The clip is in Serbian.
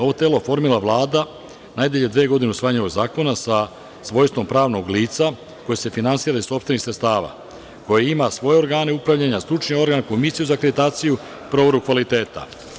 Ovo telo formira Vlada najdalje dve godine od usvajanja ovog zakona sa svojstvom pravnog lica koje se finansira iz sopstvenih sredstava, koji ima svoje organe upravljanja, stručni organ, komisiju za akreditaciju, proveru kvaliteta.